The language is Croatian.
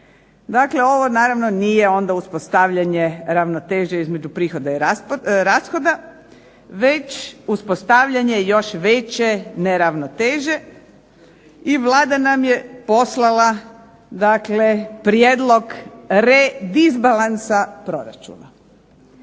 Dakle ovo naravno nije onda uspostavljanje ravnoteže između prihoda i rashoda, već uspostavljanje još veće neravnoteže i Vlada nam je poslala dakle prijedlog redisbalansa proračuna.